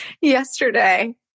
yesterday